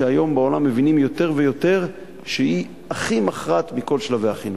ובעולם מבינים היום יותר ויותר שהיא הכי מכרעת בכל שלבי החינוך.